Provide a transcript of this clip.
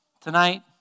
tonight